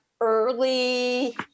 early